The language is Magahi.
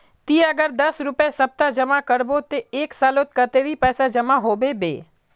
ती अगर दस रुपया सप्ताह जमा करबो ते एक सालोत कतेरी पैसा जमा होबे बे?